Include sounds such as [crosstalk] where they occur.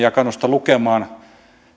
[unintelligible] ja kannustan lukemaan